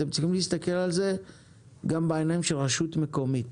אתם צריכים להסתכל על זה גם בעיניים של רשות מקומית,